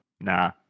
Nah